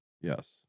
yes